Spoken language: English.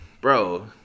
bro